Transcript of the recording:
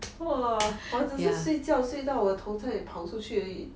!wah! 我只是睡觉睡到我头差一点跑出去而已